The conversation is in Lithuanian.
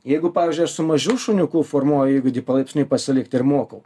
jeigu pavyzdžiui aš su mažu šuniuku formuoju įgūdį palaipsniui pasilikt ir mokau